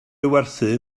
werthu